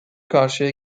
karşıya